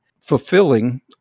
fulfilling